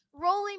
Rolling